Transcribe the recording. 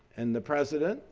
and the president,